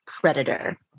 Predator